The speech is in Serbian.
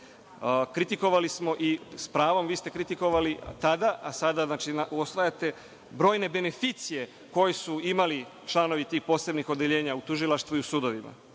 Kritikovali smo i s pravom vi ste kritikovali tada, a sada usvajate brojne beneficije koje su imali članovi tih posebnih odeljenja u tužilaštvu i u sudovima,